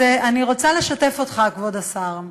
אז אני רוצה לשתף אותך, כבוד השר: